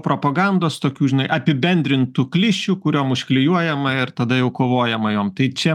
propagandos tokių žinai apibendrintų klišių kuriom užklijuojama ir tada jau kovojama jom tai čia